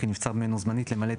כי נבצר מראש הממשלה זמנית למלא את